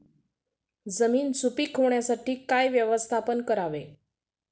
जमीन सुपीक होण्यासाठी काय व्यवस्थापन करावे?